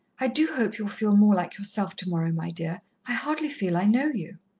i do hope you'll feel more like yourself tomorrow, my dear. i hardly feel i know you.